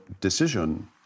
decision